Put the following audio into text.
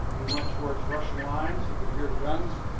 he went towards russian lines. he could hear the guns.